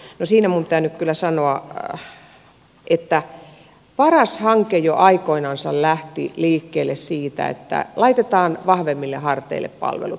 no siinä minun pitää nyt kyllä sanoa että paras hanke jo aikoinansa lähti liikkeelle siitä että laitetaan vahvemmille harteille palvelut